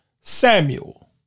Samuel